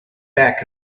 back